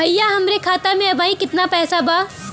भईया हमरे खाता में अबहीं केतना पैसा बा?